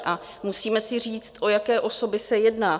A musíme si říct, o jaké osoby se jedná.